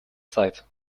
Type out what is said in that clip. zeit